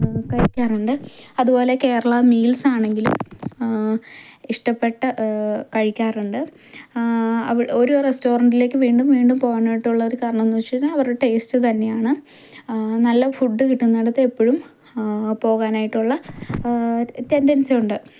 കഴിക്കാറുണ്ട് അതുപോലെ കേരള മീൽസ് ആണെങ്കിലും ഇഷ്ടപ്പെട്ട് കഴിക്കാറുണ്ട് ഓരോ റസ്റ്റോറൻറിലേക്ക് വീണ്ടും വീണ്ടും പോകാനായിട്ടുള്ള ഒരു കാരണമെന്ന് വെച്ചു കഴിഞ്ഞാൽ അവരുടെ ടേസ്റ്റ് തന്നെയാണ് നല്ല ഫുഡ് കിട്ടുന്നിടത്ത് എപ്പോഴും പോകാനായിട്ടുള്ള ടെൻഡൻസി ഉണ്ട്